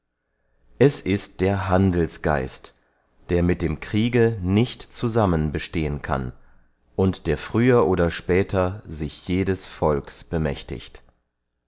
es ist der handelsgeist der mit dem kriege nicht zusammen bestehen kann und der früher oder später sich jedes volks bemächtigt